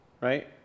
right